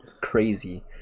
crazy